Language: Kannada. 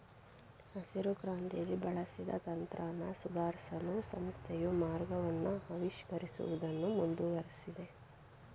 ಹಸಿರುಕ್ರಾಂತಿಲಿ ಬಳಸಿದ ತಂತ್ರನ ಸುಧಾರ್ಸಲು ಸಂಸ್ಥೆಯು ಮಾರ್ಗವನ್ನ ಆವಿಷ್ಕರಿಸುವುದನ್ನು ಮುಂದುವರ್ಸಿದೆ